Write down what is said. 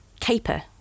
caper